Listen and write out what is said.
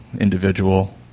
individual